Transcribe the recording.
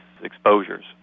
exposures